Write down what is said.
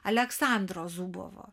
aleksandro zubovo